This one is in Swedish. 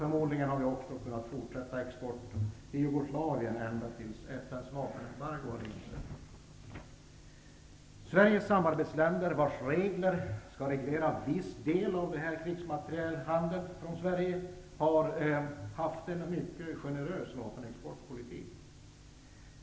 Förmodligen hade vi också kunnat fortsätta exporten till Jugoslavien ända tills FN:s vapenembargo infördes. Sveriges samarbetsländer vars regler skall reglera en viss del av krigsmaterielhandeln från Svergie har haft en mycket generös vapenexportpolitik.